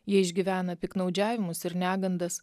jie išgyvena piktnaudžiavimus ir negandas